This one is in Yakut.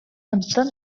онтон